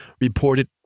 reported